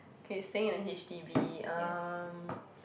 okay staying in a H_D_B um